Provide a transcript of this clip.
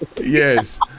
yes